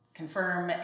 confirm